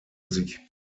sich